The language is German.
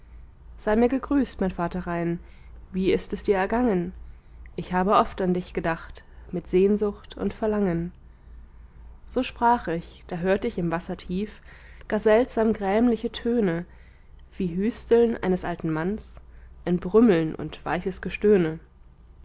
sei mir gegrüßt mein vater rhein wie ist es dir ergangen ich habe oft an dich gedacht mit sehnsucht und verlangen so sprach ich da hört ich im wasser tief gar seltsam grämliche töne wie hüsteln eines alten manns ein brümmeln und weiches gestöhne